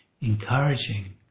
encouraging